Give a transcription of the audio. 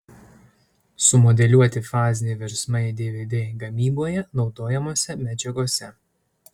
sumodeliuoti faziniai virsmai dvd gamyboje naudojamose medžiagose